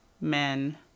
men